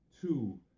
Two